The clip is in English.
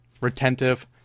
retentive